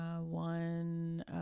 one